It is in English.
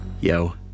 yo